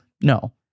No